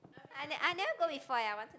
I ne~ I never go before eh I want